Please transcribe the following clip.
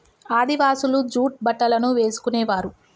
ఆదివాసులు జూట్ బట్టలను వేసుకునేవారు